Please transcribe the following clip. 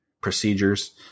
procedures